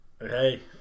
hey